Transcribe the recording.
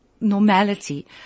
normality